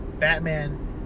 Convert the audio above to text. Batman